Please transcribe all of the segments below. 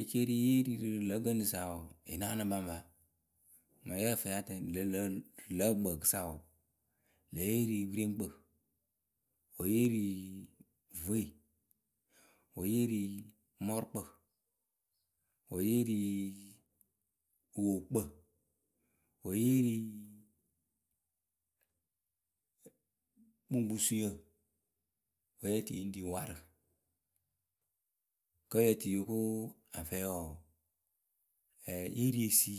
Ekeeri yée ri rǝ lǝ̌ gɨŋrǝ sa wɔɔ, yǝ naanɨ ŋpaŋpa. Mǝŋ yǝ fɨ la tɛŋ rǝ lǝ̌ ǝkpǝǝkǝ sa wɔɔ. lǝ yée ri wǝrieŋkpǝ wǝ́ yée ri vwe wǝ́ yée ri mɔrʊkpǝ, wǝ́ yée ri wǝwookpǝ kpuŋkpusuyǝ wǝ́ yǝ́ǝ tɨ yǝ ŋ ri warǝ. Kǝ́ yǝ tɨ yo ko a fɛɛ wɔɔ, ɛɛ yée ri esi.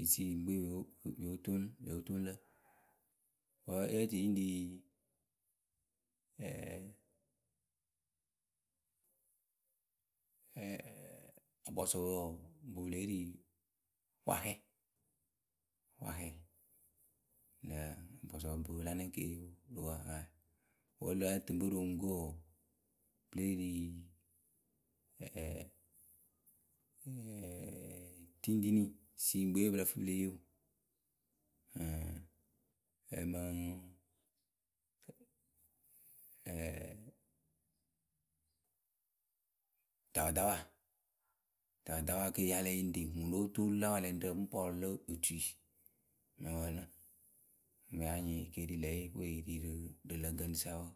esi yǝ ŋkpe yóo toŋ lǝ. Wǝ́ yǝ́ǝ tɨ yǝ ŋ ri akpɔsɔpǝ wɔɔ ŋpɨ pɨ lée ri waxɛ waxɛ akpɔsɔpǝ ŋpɨ pɨ la nɛŋ keeriu; Wǝ́ lǝ̌ ǝtɨŋpwe rǝ oŋuŋkǝ we wɔɔ pɨ lée ri ɛɛ tiŋtini esi wǝ ŋkpe wǝ́ pɨ lǝ fɨ pɨ le yee wǝ ɛɛ, ɛɛ mǝŋ, ɖawaɖawa ɖawaɖawa ke yáa lɛ yǝ ŋ ri ŋwǝ. ŋwǝ ŋ nóo toolu lǎ wɛlɛŋrǝ ŋ pɔrʊ lǝ otui mǝ wǝǝnɨ wǝ́ ya nyɩŋ ekeeri lǝ ǝyǝwe yée ri rǝ lǝ̌ gɨŋrǝ sa wǝǝ.